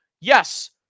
yes